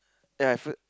ya at first